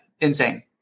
insane